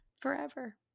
forever